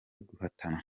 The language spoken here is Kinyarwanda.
guhatana